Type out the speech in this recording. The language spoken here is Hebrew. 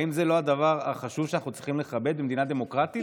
האם זה לא הדבר החשוב שאנחנו צריכים לכבד במדינה דמוקרטית?